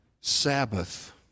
Sabbath